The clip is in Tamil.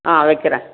ஆ வைக்கிறேன்